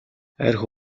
архи